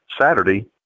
Saturday